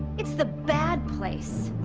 it's the bad place.